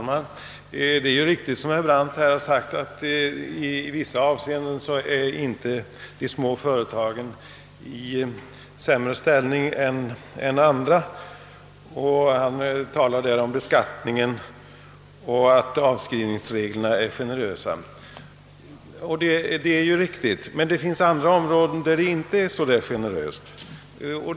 Herr talman! Herr Brandt sade att de små företagen i vissa avseenden inte befinner sig i en sämre ställning än de större — han pekade på beskattningen och nämnde att avskrivningsreglerna är generösa. Det är riktigt, men det finns andra områden där behandlingen av de små företagen inte är så där helt generös.